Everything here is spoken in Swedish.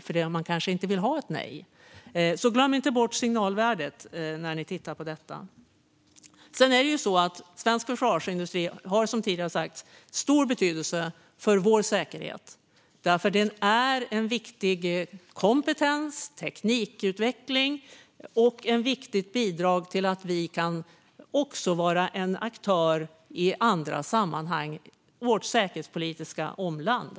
Kanske vill man inte ha ett nej. Glöm alltså inte bort signalvärdet när ni tittar på detta! Svensk försvarsindustri har, som tidigare sagts, stor betydelse för vår säkerhet. Den är en viktig kompetens i teknikutvecklingen och ett viktigt bidrag till att vi kan vara en aktör också i andra sammanhang i vårt säkerhetspolitiska omland.